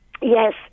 yes